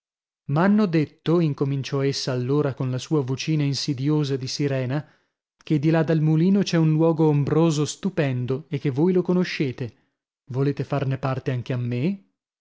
pace m'hanno detto incominciò essa allora con la sua vocina insidiosa di sirena che di là dal mulino c'è un luogo ombroso stupendo e che voi lo conoscete volete farne parte anche a me